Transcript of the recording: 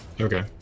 Okay